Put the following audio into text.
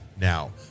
now